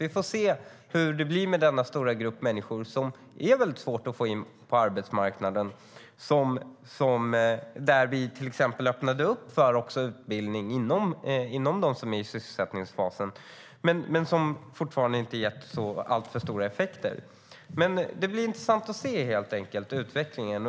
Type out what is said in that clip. Vi får se hur det blir med denna stora grupp människor, som är väldigt svår att få in på arbetsmarknaden. Vi öppnade upp också för till exempel utbildning för dem som är i sysselsättningsfasen, men det har fortfarande inte gett alltför stora effekter. Det blir intressant att se utvecklingen.